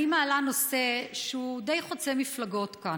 אני מעלה נושא שהוא די חוצה מפלגות כאן,